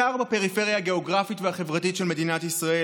בעיקר בפריפריה הגיאוגרפית והחברתית של מדינת ישראל.